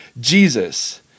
Jesus